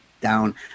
down